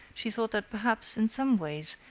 she thought that perhaps, in some ways,